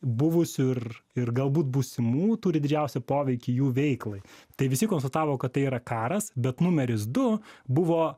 buvusių ir ir galbūt būsimų turi didžiausią poveikį jų veiklai tai visi konstatavo kad tai yra karas bet numeris du buvo